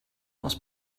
aus